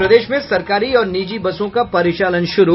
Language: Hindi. और प्रदेश में सरकारी और निजी बसों का परिचालन शुरू